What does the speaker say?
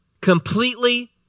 completely